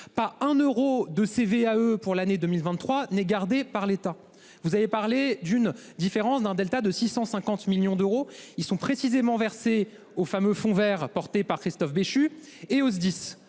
par un euro de CVAE pour l'année 2023 n'gardé par l'État. Vous avez parlé d'une différence d'un Delta de 650 millions d'euros. Ils sont précisément versées aux fameux fonds Vert porté par Christophe Béchu et au SDIS